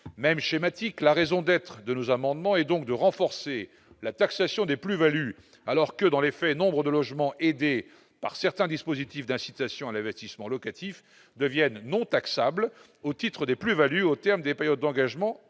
Même schématique, la raison d'être de nos amendements est de renforcer la taxation des plus-values, alors que, dans les faits, nombre de logements aidés par certains dispositifs d'incitation à l'investissement locatif deviennent non taxables au titre des plus-values au terme des périodes d'engagement